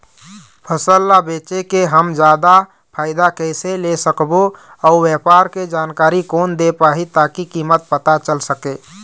फसल ला बेचे के हम जादा फायदा कैसे ले सकबो अउ व्यापार के जानकारी कोन दे पाही ताकि कीमत पता चल सके?